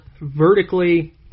vertically